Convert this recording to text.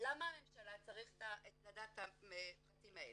למה הממשלה צריכה לדעת את הפרטים האלה".